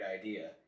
idea